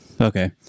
Okay